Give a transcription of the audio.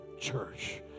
church